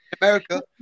America